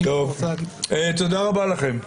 תודה רבה לכם.